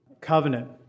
covenant